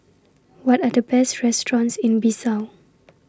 What Are The Best restaurants in Bissau